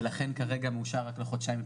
ולכן כרגע מאושר רק לחודשיים,